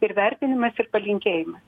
ir vertinimas ir palinkėjimas